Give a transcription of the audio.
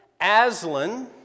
Aslan